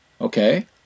Okay